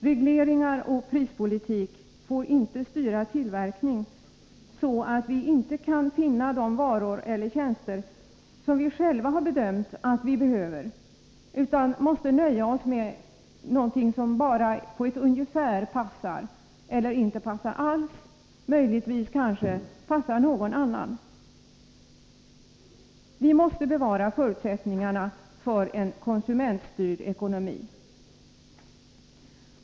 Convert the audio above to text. Regleringar och prispolitik får inte styra tillverkning, så att vi inte kan finna de varor eller tjänster som vi själva bedömt att vi behöver utan måste nöja oss med något som bara på ett ungefär passar, som inte passar alls eller möjligtvis passar någon annan. Vi måste bevara förutsättningarna för en konsumentstyrd ekonomi.